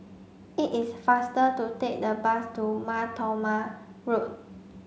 it is faster to take the bus to Mar Thoma Road